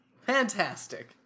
Fantastic